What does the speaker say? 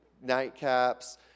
nightcaps